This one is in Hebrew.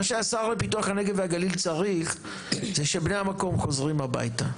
מה שהשר לפיתוח הנגב והגליל צריך זה שבני המקום חוזרים הביתה.